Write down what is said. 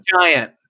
giant